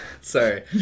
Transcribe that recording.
Sorry